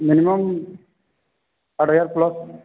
minimum ଅଢ଼େଇ ହଜାର plus